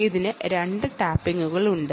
ഇതിന് രണ്ട് ടാപ്പിംഗുകളുണ്ട്